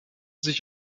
sich